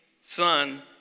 son